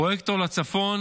פרויקטור לצפון